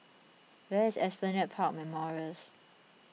where is Esplanade Park Memorials